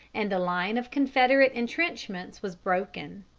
and the line of confederate intrenchments was broken.